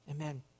Amen